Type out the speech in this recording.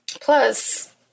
Plus